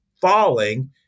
falling